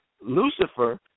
Lucifer